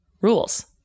rules